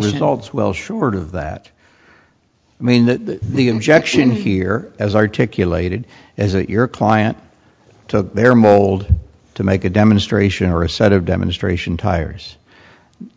dogs well short of that i mean that the objection here as articulated as your client to their mold to make a demonstration or a set of demonstration tires